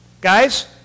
Guys